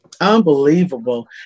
Unbelievable